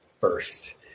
first